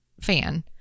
fan